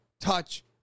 touch